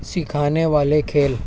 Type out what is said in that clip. سکھانے والے کھیل